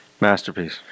masterpiece